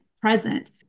present